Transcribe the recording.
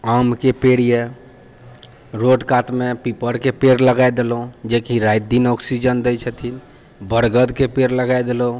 आमके पेड़ यऽ रोड कातमे पीपरके पेड़ लगाए देलहुँ जेकि राति दिन ऑक्सीजन दै छथिन बरगदके पेड़ लगाए देलहुँ